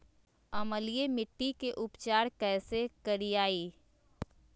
अम्लीय मिट्टी के उपचार कैसे करियाय?